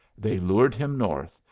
they lured him north,